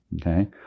okay